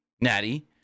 Natty